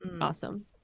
awesome